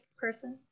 person